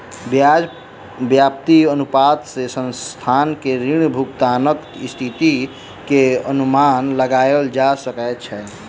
ब्याज व्याप्ति अनुपात सॅ संस्थान के ऋण भुगतानक स्थिति के अनुमान लगायल जा सकै छै